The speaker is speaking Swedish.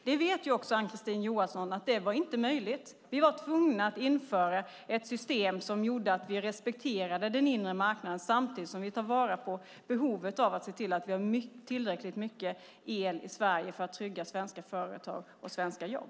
Ann-Kristine Johansson vet också att det inte var möjligt utan att vi var tvungna att införa ett system som gjorde att vi respekterade den inre marknaden, samtidigt som vi tar vara på behovet av att se till att vi har tillräckligt mycket el i Sverige för att trygga svenska företag och svenska jobb.